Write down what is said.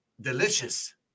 delicious